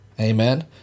Amen